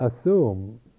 assume